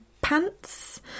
pants